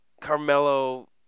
Carmelo